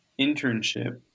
internship